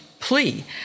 plea